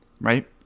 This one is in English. right